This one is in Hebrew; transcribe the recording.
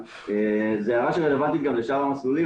היא מפנה אותה לבדיקת נותני האישור.